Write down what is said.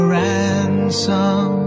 ransom